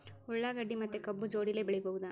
ಉಳ್ಳಾಗಡ್ಡಿ ಮತ್ತೆ ಕಬ್ಬು ಜೋಡಿಲೆ ಬೆಳಿ ಬಹುದಾ?